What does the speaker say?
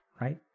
right